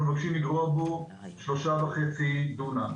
אנחנו מבקשים לגרוע בו 3.5 דונם.